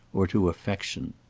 or to affection.